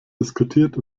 diskutiert